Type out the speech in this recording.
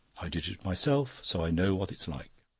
i did it myself, so i know what it's like.